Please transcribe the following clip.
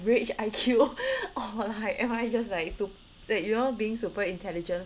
rich I_Q or like am I just like su~ like you know being super intelligent